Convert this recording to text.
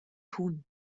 tun